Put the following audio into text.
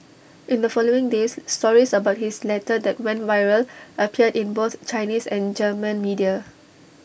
in the following days stories about his letter that went viral appeared in both Chinese and German media